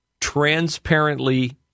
transparently